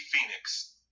Phoenix